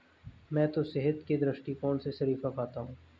मैं तो सेहत के दृष्टिकोण से शरीफा खाता हूं